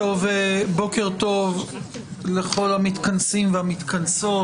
בוקר טוב לכל המתכנסים והמתכנסות.